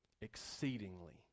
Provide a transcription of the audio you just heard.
Exceedingly